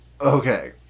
Okay